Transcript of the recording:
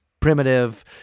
Primitive